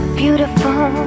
beautiful